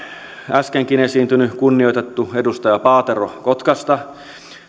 äskenkin esiintynyt kunnioitettu edustaja paatero kotkasta